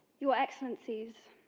your excellencies,